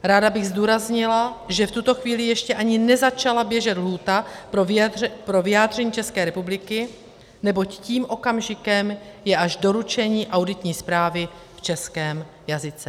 Ráda bych zdůraznila, že v tuto chvíli ještě ani nezačala běžet lhůta pro vyjádření České republiky, neboť tím okamžikem je až doručení auditní zprávy v českém jazyce.